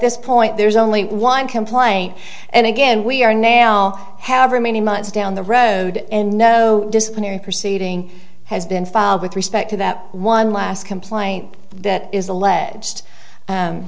this point there's only one complaint and again we are now however many months down the road and no disciplinary proceeding has been filed with respect to that one last complaint that is alleged